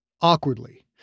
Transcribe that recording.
Awkwardly